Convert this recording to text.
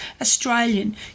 Australian